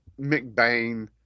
McBain